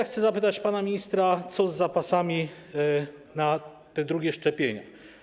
Chcę też zapytać pana ministra, co z zapasami na drugie szczepienia.